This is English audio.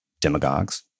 demagogues